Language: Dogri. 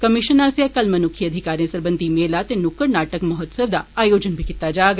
कमिशन आसेआ कल मनुक्खी अधिकारें सरबंधी मेला ते नुक्कड़ नाटक महोत्सव दा आयोजन बी कीता जाग